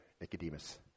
Nicodemus